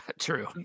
True